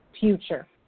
future